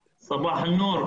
בוקר טוב, מה שלומך?